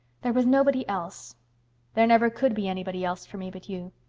there was nobody else there never could be anybody else for me but you.